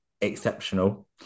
exceptional